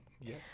Yes